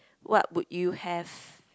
what would you have